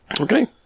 Okay